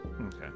Okay